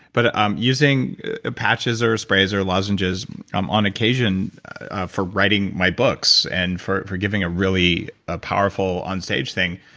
but um using ah patches or sprays or lozenges um on occasion for writing my books and for for giving a really ah powerful on stage thing,